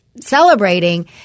celebrating